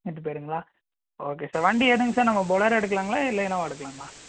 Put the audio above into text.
எட்டு பேருங்களா okay sir வண்டி எதுங்க சார் நம்ம பொலோரா எடுக்கலாங்களா இல்லை இனோவா எடுக்கலாமா